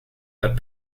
but